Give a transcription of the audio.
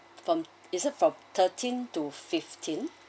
from is it from thirteen to fifteen